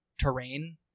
terrain